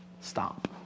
Stop